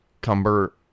cumber